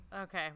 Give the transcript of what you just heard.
Okay